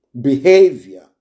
behavior